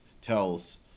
tells